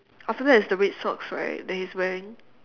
after that is the red socks right that he is wearing